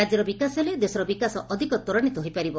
ରାକ୍ୟର ବିକାଶ ହେଲେ ଦେଶର ବିକାଶ ଅଧିକ ତ୍ୱରାନ୍ୱିତ ହୋଇପାରିବ